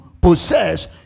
possess